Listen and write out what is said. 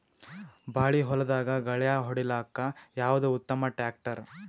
ಬಾಳಿ ಹೊಲದಾಗ ಗಳ್ಯಾ ಹೊಡಿಲಾಕ್ಕ ಯಾವದ ಉತ್ತಮ ಟ್ಯಾಕ್ಟರ್?